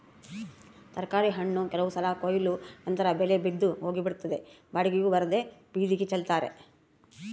ತರಕಾರಿ ಹಣ್ಣು ಕೆಲವು ಸಲ ಕೊಯ್ಲು ನಂತರ ಬೆಲೆ ಬಿದ್ದು ಹೋಗಿಬಿಡುತ್ತದೆ ಬಾಡಿಗೆಯೂ ಬರದೇ ಬೀದಿಗೆ ಚೆಲ್ತಾರೆ